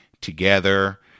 together